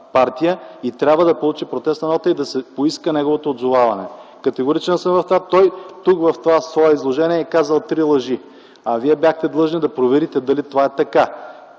и трябва да получи протестна нота и да се поиска неговото отзоваване. Категоричен съм в това! Тук, в това свое изложение е казал три лъжи, а Вие бяхте длъжни да проверите дали това е така.